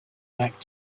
back